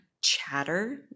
chatter